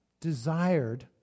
desired